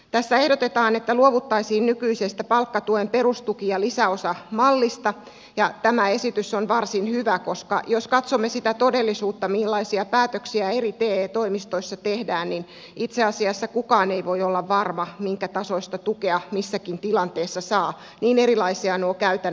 tässä ehdotetaan että luovuttaisiin nykyisestä palkkatuen perustuki ja lisäosamallista ja tämä esitys on varsin hyvä koska jos katsomme sitä todellisuutta millaisia päätöksiä eri te toimistoissa tehdään niin itse asiassa kukaan ei voi olla varma minkä tasoista tukea missäkin tilanteessa saa niin erilaisia nuo käytännöt ovat